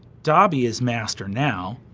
dobby is master now,